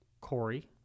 Corey